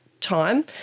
time